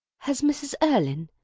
has mrs. erlynne?